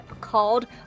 called